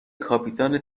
کاپیتان